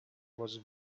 was